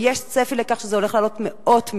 ויש צפי שזה הולך לעלות מאות מיליונים.